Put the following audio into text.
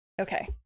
Okay